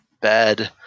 bad